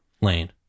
lane